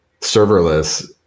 serverless